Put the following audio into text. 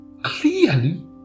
Clearly